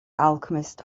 alchemist